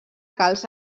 calç